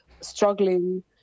struggling